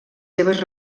seves